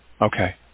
Okay